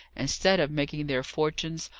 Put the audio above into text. instead of making their fortunes,